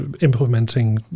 implementing